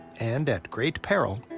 and, at great peril,